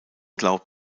glaubt